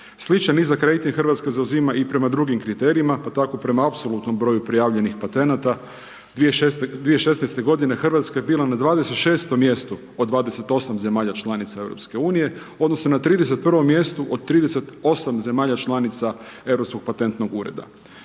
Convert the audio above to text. Sličan nizak rejting Hrvatska zauzima i prema drugim kriterijima pa tako prema apsolutnom broju prijavljenih patenata 2016. godine Hrvatska je bila na 26. mjestu od 28 zemalja članica EU odnosno na 31. mjestu od 38 zemalja članica Europskog patentnog ureda.